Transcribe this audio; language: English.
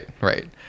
Right